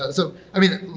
ah so i mean,